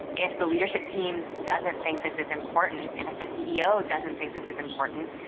if the leadership team doesn't think this is important, and if the ceo doesn't think this is important,